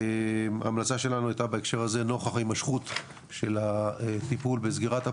ההמלצה שלנו בהקשר הזה נוכח האיכות של הטיפול בסגירת הפרצות,